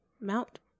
Mount